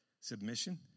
submission